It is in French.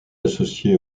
associé